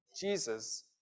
Jesus